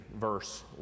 verse